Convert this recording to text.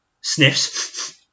sniffs